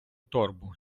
торбу